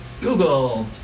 Google